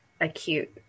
acute